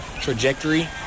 trajectory